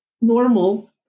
normal